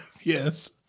Yes